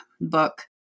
book